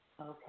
Okay